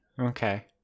Okay